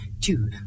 two